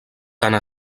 tants